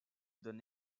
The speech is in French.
donne